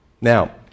Now